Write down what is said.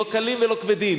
לא קלים ולא כבדים,